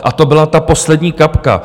A to byla ta poslední kapka.